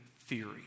theory